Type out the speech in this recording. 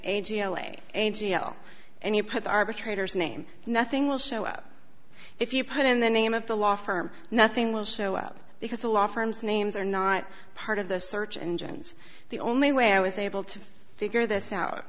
a g l a a g l and you put arbitrators name nothing will show up if you put in the name of the law firm nothing will show up because the law firm's names are not part of the search engines the only way i was able to figure this out